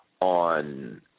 on